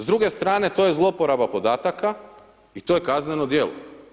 S druge strane to je zlouporaba podataka i to je kazneno djelo.